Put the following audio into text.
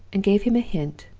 and gave him a hint,